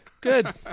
good